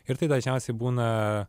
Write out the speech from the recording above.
ir tai dažniausiai būna